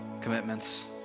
commitments